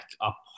up